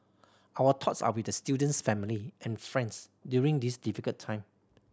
our thoughts are with the student's family and friends during this difficult time